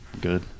good